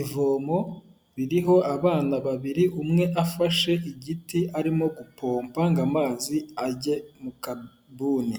Ivomo ririho abana babiri umwe afashe igiti arimo gupompa ngo amazi ajye mu kabuni,